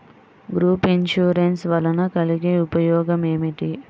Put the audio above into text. Group insurance వలన కలిగే ఉపయోగమేమిటీ?